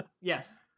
yes